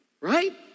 Right